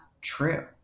true